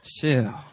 chill